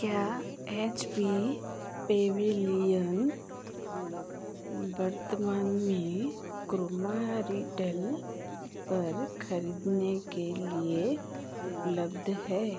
क्या H P pavilion वर्तमान में क्रोमा रिटेल पर ख़रीदने के लिए उपलब्ध है